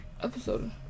episode